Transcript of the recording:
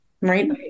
Right